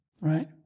Right